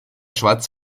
schwarz